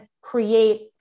create